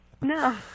No